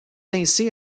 ainsi